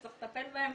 שצריך לטפל בהן.